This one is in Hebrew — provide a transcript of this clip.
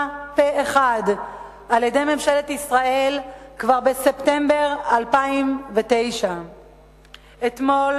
פה-אחד על-ידי ממשלת ישראל כבר בספטמבר 2009. אתמול